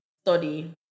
study